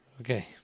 Okay